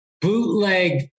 bootleg